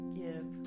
give